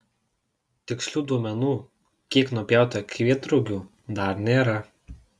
tikslių duomenų kiek nupjauta kvietrugių dar nėra